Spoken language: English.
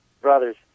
Brothers